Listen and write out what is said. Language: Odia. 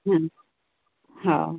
ହୁଁ ହଉ